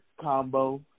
combo